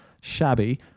shabby